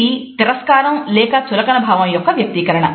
ఇది తిరస్కారం లేక చులకన భావం యొక్క వ్యక్తీకరణ